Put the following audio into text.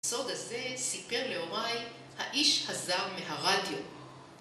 הסוד הזה סיפר לאומי, האיש עזב מהרדיו.